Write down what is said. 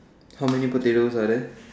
how many potatoes are there